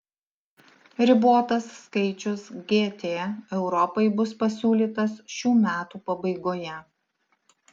ribotas skaičius gt europai bus pasiūlytas šių metų pabaigoje